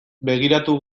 begiratu